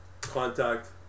contact